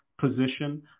position